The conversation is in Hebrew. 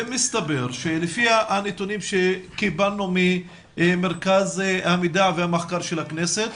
מסתבר שלפי הנתונים שקיבלנו ממרכז המידע והמחקר של הכנסת,